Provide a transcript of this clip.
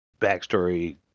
backstory